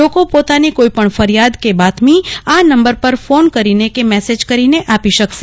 લોકો પોતાની કોઈપપ્ર ફરીયાદ કે બાતમી આ નંબર પર ફોન કરીને કે મેસેજ કરીને આપી શકશે